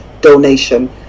donation